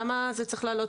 למה זה צריך לעלות